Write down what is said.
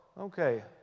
Okay